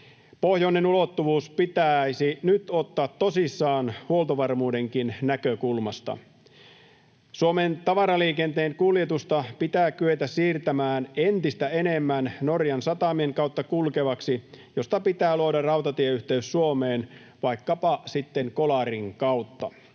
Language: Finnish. Pohjoinen ulottuvuus pitäisi nyt ottaa tosissaan huoltovarmuudenkin näkökulmasta. Suomen tavaraliikenteen kuljetusta pitää kyetä siirtämään entistä enemmän Norjan satamien kautta kulkevaksi, joista pitää luoda rautatieyhteys Suomeen, vaikkapa sitten Kolarin kautta.